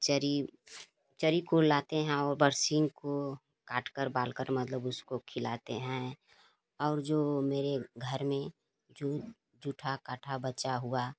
चरी चरी को उलाते हैं और बरसीम को काट कर बाल कर मतलब उसको खिलाते हैं और जो मेरे घर में जू जूठा काँठा बचा हुआ